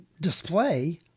display